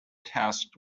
test